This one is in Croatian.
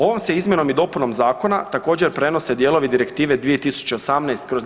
Ovom se izmjenom i dopunom zakona također prenose dijelovi Direktive 2018/